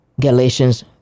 Galatians